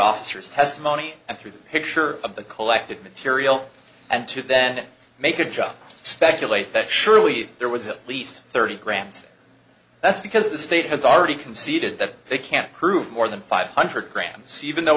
officer's testimony and through the picture of the collected material and to then make a judge speculate that surely there was at least thirty grams that's because the state has already conceded that they can't prove more than five hundred grams even though